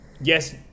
yes